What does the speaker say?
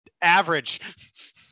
average